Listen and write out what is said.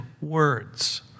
words